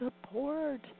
support